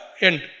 end